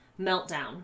meltdown